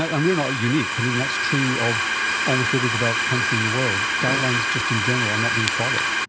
and we are not unique. i mean, that's true of almost every developed country in the world. guidelines just in general are not being followed.